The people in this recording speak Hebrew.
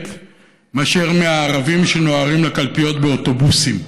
מאשר הערבים שנוהרים לקלפיות באוטובוסים,